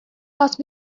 asked